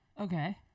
Okay